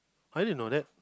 I didn't know that